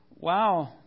Wow